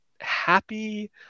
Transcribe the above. happy